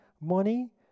Money